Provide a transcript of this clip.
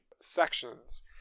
sections